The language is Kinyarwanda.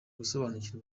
gusobanukirwa